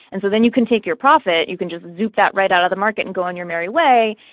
and so then you can take your profit, and you can just zoop that right out of the market and go on your merry way,